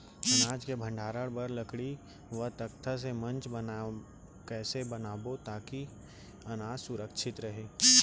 अनाज के भण्डारण बर लकड़ी व तख्ता से मंच कैसे बनाबो ताकि अनाज सुरक्षित रहे?